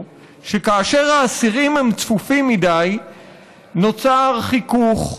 שכאשר האסירים צפופים מדי נוצר חיכוך,